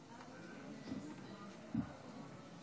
לרשותך שלוש